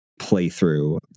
playthrough